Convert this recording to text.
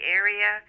area